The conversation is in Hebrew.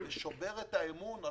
ושובר את האמון,